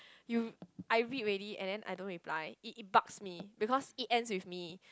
you I read already and then I don't reply it it bucks me because it ends with me